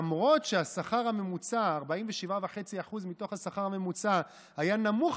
למרות ש-47.5% מתוך השכר הממוצע היה נמוך